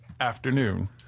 afternoon